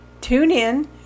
TuneIn